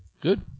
Good